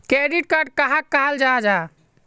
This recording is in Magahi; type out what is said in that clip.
क्रेडिट कार्ड कहाक कहाल जाहा जाहा?